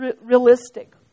realistic